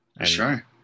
Sure